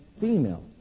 female